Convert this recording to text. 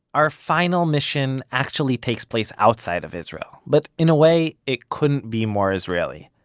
our final mission actually takes place outside of israel. but in a way, it couldn't be more israeli.